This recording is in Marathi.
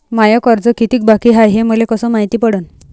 माय कर्ज कितीक बाकी हाय, हे मले कस मायती पडन?